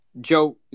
Joe